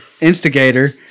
Instigator